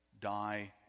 die